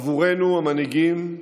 עבורנו, המנהיגים,